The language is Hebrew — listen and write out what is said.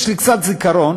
יש לי קצת זיכרון,